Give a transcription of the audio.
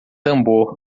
tambor